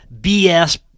BS